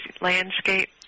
Landscape